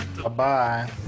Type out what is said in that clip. Bye-bye